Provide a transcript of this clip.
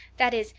that is,